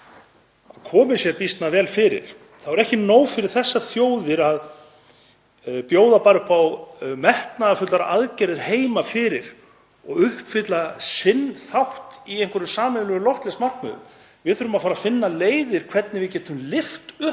og komið sér býsna vel fyrir — það er ekki nóg fyrir þessar þjóðir að bjóða bara upp á metnaðarfullar aðgerðir heima fyrir og uppfylla sinn þátt í einhverjum sameiginlegum loftslagsmarkmiðum. Við þurfum að fara að finna leiðir til þess að lyfta upp